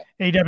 AW